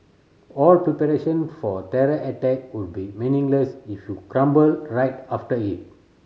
all preparation for a terror attack would be meaningless if you crumble right after it